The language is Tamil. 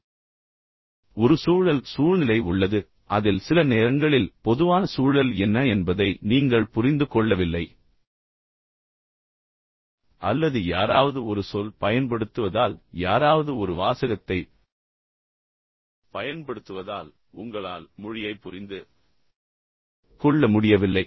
எனவே ஒரு சூழல் சூழ்நிலை உள்ளது அதில் சில நேரங்களில் பொதுவான சூழல் என்ன என்பதை நீங்கள் புரிந்து கொள்ளவில்லை அல்லது யாராவது ஒரு சொல் பயன்படுத்துவதால் யாராவது ஒரு வாசகத்தைப் பயன்படுத்துவதால் உங்களால் மொழியைப் புரிந்து கொள்ள முடியவில்லை